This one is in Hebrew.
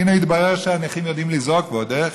הינה, התברר שהנכים יודעים לזעוק, ועוד איך.